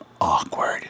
awkward